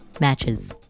matches